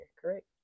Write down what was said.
correct